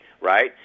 right